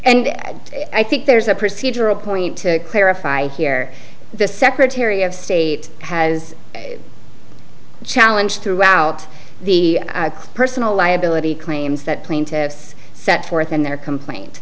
and i think there's a procedural point to clarify here the secretary of state has a challenge throughout the personal liability claims that plaintive so set forth in their complaint